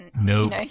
Nope